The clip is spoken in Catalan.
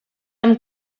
amb